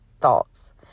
thoughts